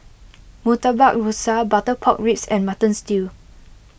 Murtabak Rusa Butter Pork Ribs and Mutton Stew